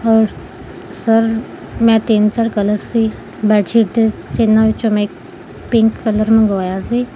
ਔਰ ਸਰ ਮੈਂ ਤਿੰਨ ਚਾਰ ਕਲਰ ਸੀ ਬੈੱਡ ਸ਼ੀਟ ਦੇ ਸਰ ਇਹਨਾਂ ਵਿੱਚੋਂ ਮੈਂ ਪਿੰਕ ਕਲਰ ਮੰਗਵਾਇਆ ਸੀ